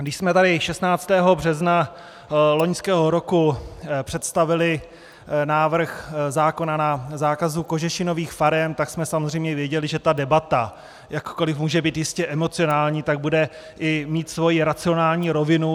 Když jsme tady 16. března loňského roku představili návrh zákona na zákaz kožešinových farem, tak jsme samozřejmě věděli, že ta debata, jakkoliv může být jistě emocionální, bude mít i svoji racionální rovinu.